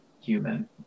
human